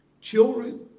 Children